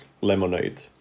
Lemonade